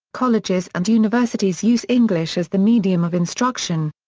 colleges and universities use english as the medium of instruction.